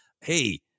Hey